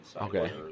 Okay